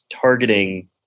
targeting